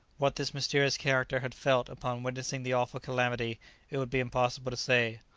what this mysterious character had felt upon witnessing the awful calamity it would be impossible to say.